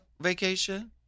vacation